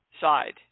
side